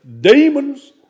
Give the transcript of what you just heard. demons